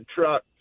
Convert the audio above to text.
truck